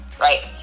right